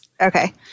Okay